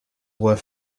were